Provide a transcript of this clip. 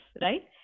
right